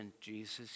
Jesus